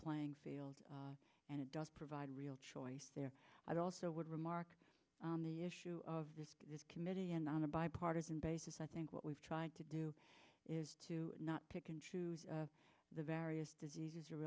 playing field and it does provide real choice there i'd also would remark on the issue of this committee and on a bipartisan basis i think what we've tried to do is to not pick and choose the various diseases or